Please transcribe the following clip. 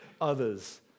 others